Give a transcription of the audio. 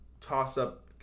toss-up